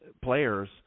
players